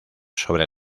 sobre